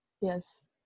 yes